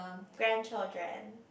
grandchildren